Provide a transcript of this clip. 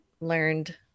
learned